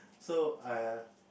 so err